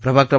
प्रभाग क्र